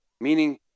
Meaning